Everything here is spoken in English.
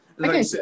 okay